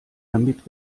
damit